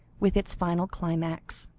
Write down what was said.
with its final climax.